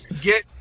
get